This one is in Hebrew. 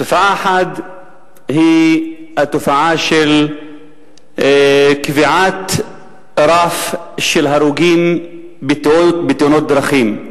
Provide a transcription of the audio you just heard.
תופעה אחת היא התופעה של קביעת רף של הרוגים בתאונות דרכים.